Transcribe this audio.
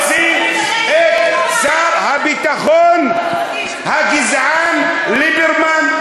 להוציא את שר הביטחון הגזען, ליברמן,